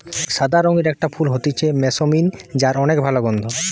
সাদা রঙের একটা ফুল হতিছে জেসমিন যার অনেক ভালা গন্ধ